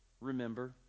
Remember